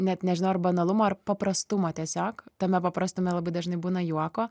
net nežinau ar banalumą ar paprastumą tiesiog tame paprastume labai dažnai būna juoko